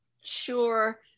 sure